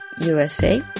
USA